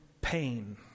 pain